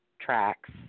tracks